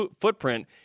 footprint